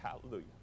hallelujah